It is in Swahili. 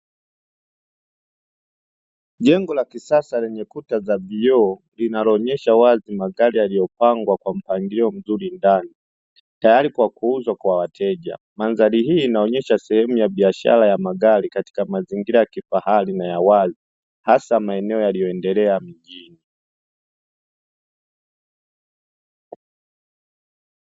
Jengo la kisasa lenye kuta za vioo, linaloonyesha wazi magari yaliyopangwa kwa mpangilio mzuri ndani, tayari kwa kuuzwa kwa wateja. Mandhari hii inaonyesha sehemu ya biashara ya magari katika mazingira ya kifahari na ya wazi, hasa maeneo yaliyoendelea mjini.